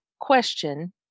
question